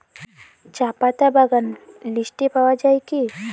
চাপাতা বাগান লিস্টে পাওয়া যায় কি?